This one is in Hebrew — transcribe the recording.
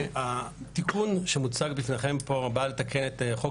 התיקון שמוצג בפניכם פה בא לתקן את חוק